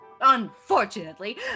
Unfortunately